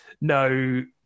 no